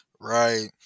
Right